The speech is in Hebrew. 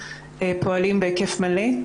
פועלים בהיקף מלא.